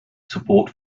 support